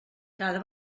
cada